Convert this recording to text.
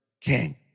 king